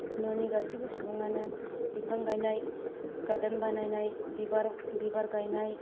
न'नि गासैबो सुबुङानो बिफां गायनाय गार्डेन बानायनाय बिबार गायनाय